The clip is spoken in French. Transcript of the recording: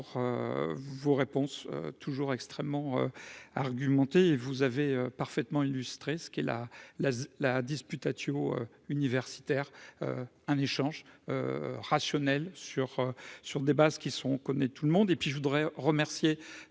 pour vos réponses toujours extrêmement argumenté, et vous avez parfaitement illustré, ce qui est la la la dispute universitaire un échange rationnel sur sur des bases qui sont connaît tout le monde